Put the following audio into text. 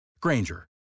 Granger